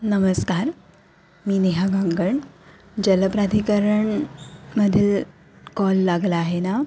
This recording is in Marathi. नमस्कार मी नेहा गांगण जलप्राधिकरण मधील कॉल लागला आहे ना